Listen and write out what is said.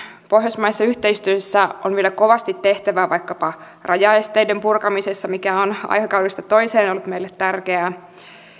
pohjoismaisessa yhteistyössä on vielä kovasti tehtävää vaikkapa rajaesteiden purkamisessa mikä on aikakaudesta toiseen ollut meille tärkeää